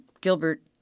Gilbert